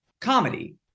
comedy